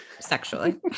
sexually